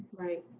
right?